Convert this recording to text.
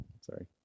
Sorry